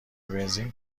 بنزین